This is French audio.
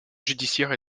judiciaire